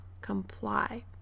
comply